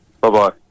Bye-bye